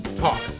talk